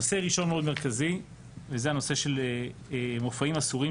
נושא ראשון מאוד מרכזי זה הנושא של מופעים אסורים